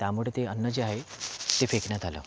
त्यामुडे ते अन्न जे आहे ते फेकण्यात आलं